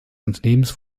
unternehmens